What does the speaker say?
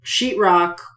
sheetrock